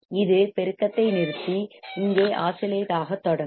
இது பெருக்கத்தை நிறுத்தி இங்கே ஆஸிலேட் ஆகத் தொடங்கும்